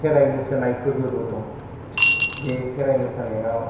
खेराइ मोसानाय फोरबोबो दं बे खेराइ मोसानायाव